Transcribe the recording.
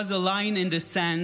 draws a line in the sand,